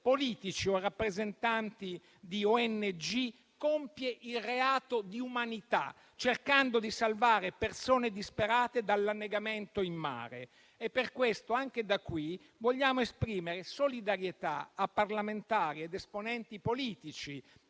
politici o rappresentanti di ONG, compie il reato di umanità, cercando di salvare persone disperate dall'annegamento in mare. Per questo, anche da qui, vogliamo esprimere solidarietà a parlamentari ed esponenti politici,